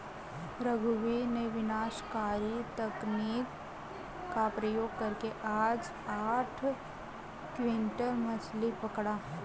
रघुवीर ने विनाशकारी तकनीक का प्रयोग करके आज आठ क्विंटल मछ्ली पकड़ा